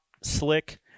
slick